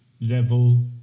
level